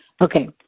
Okay